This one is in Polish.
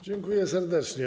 Dziękuję serdecznie.